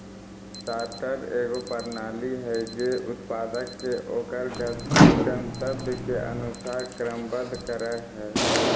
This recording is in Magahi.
सॉर्टर एगो प्रणाली हइ जे उत्पाद के ओकर गंतव्य के अनुसार क्रमबद्ध करय हइ